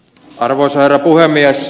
arvoisa herra puhemies